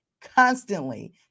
constantly